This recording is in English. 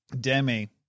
Demi